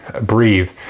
breathe